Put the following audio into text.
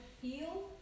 feel